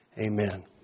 Amen